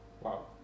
Wow